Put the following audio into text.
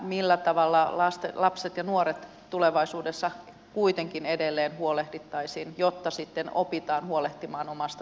millä tavalla lapsista ja nuorista tulevaisuudessa kuitenkin edelleen huolehdittaisiin jotta sitten opitaan huolehtimaan omasta terveydestä